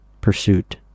pursuit